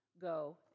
go